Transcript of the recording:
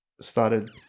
started